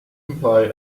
imply